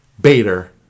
Bader